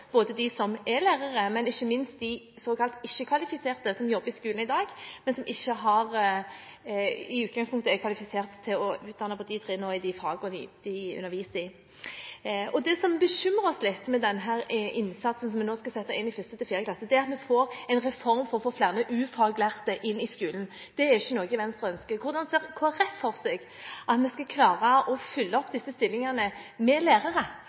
både de som er lærere og – ikke minst – de såkalt ikke-kvalifiserte som jobber i skolen i dag, de som ikke i utgangspunktet er kvalifisert til å utdanne på de trinnene og i de fagene de underviser i. Det som bekymrer oss litt med den innsatsen vi nå skal sette inn i 1.–4. klasse, er at vi får en reform for å få flere ufaglærte inn i skolen. Det er ikke noe Venstre ønsker. Hvordan ser Kristelig Folkeparti for seg at vi skal klare å fylle opp disse stillingene med lærere,